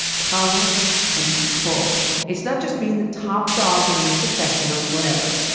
power and control. it's not just being the top dog in your profession or whatever,